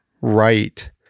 right